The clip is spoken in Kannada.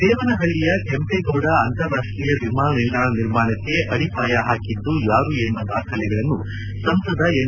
ದೇವನಹಳ್ಳಿಯ ಕೆಂಪೇಗೌಡ ಅಂತಾರಾಷ್ಷೀಯ ವಿಮಾನ ನಿಲ್ದಾಣ ನಿರ್ಮಾಣಕ್ಕೆ ಅಡಿಪಾಯ ಹಾಕಿದ್ದು ಯಾರು ಎಂಬ ದಾಖಲೆಗಳನ್ನು ಸಂಸದ ಎಂ